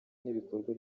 n’ibikorwa